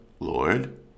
Lord